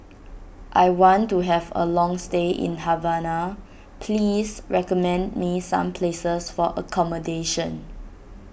I want to have a long stay in Havana please recommend me some places for accommodation